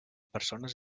persones